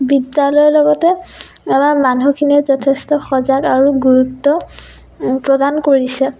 বিদ্যালয়ৰ লগতে আমাৰ মানুহখিনিয়ে যথেষ্ট সজাগ আৰু গুৰুত্ব প্ৰদান কৰিছে